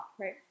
right